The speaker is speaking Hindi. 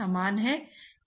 तो यह 10 पावर 5 है